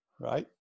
Right